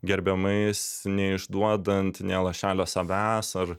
gerbiamais neišduodant nė lašelio savęs ar